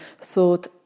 thought